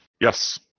Yes